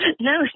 no